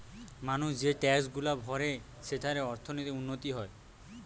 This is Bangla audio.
মানুষ যে ট্যাক্সগুলা ভরে সেঠারে অর্থনীতির উন্নতি হয়